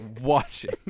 watching